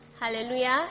Hallelujah